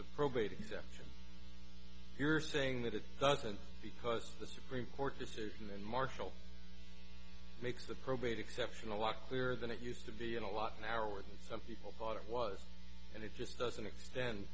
probate exemption you're saying that it doesn't because the supreme court decision in marshall makes the probate exceptional law clearer than it used to be and a lot narrower than some people thought it was and it just doesn't extend